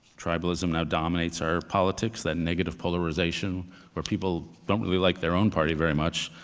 tribalism now dominates our politics, that negative polarization where people don't really like their own party very much,